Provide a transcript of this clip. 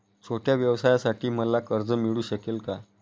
छोट्या व्यवसायासाठी मला कर्ज मिळू शकेल का?